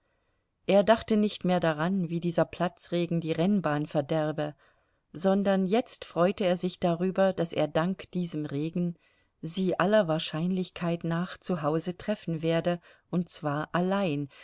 er dachte nicht mehr daran wie dieser platzregen die rennbahn verderbe sondern jetzt freute er sich darüber daß er dank diesem regen sie aller wahrscheinlichkeit nach zu hause treffen werde und zwar allein